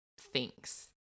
thinks